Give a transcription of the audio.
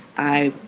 i,